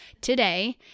today